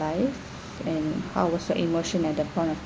life and how was your emotion at the point of